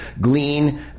glean